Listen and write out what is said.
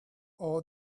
all